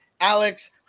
Alex